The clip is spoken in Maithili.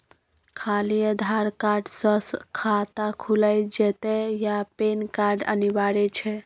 खाली आधार कार्ड स खाता खुईल जेतै या पेन कार्ड अनिवार्य छै?